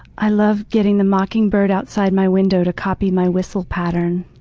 i love getting the mockingbird outside my window to copy my whistle pattern.